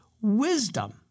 wisdom